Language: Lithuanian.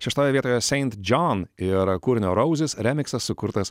šeštoje vietoje saint john ir kūrinio roses remiksas sukurtas